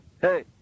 Hey